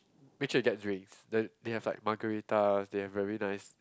make sure you get drinks then they have like Margaritas they have very nice